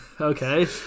Okay